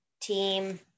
team